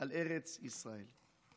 על ארץ ישראל.